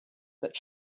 that